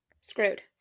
Screwed